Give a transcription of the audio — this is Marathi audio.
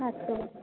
खाते